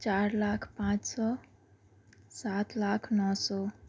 چار لاکھ پانچ سو سات لاکھ نو سو